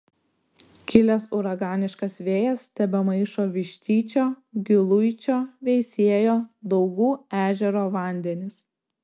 kilęs uraganiškas vėjas tebemaišo vištyčio giluičio veisiejo daugų ežero vandenis